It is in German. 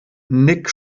nick